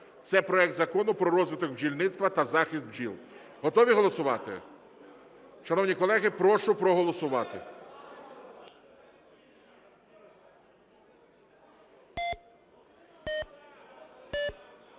Це проект Закону про розвиток бджільництва та захист бджіл. Готові голосувати? Шановні колеги, прошу проголосувати.